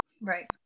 right